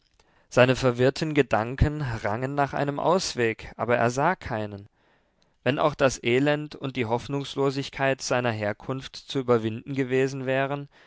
seine verwirrten gedanken rangen nach einem ausweg aber er sah keinen wenn auch das elend und die hoffnungslosigkeit seiner herkunft zu überwinden gewesen wären